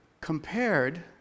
compared